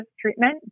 treatment